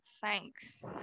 Thanks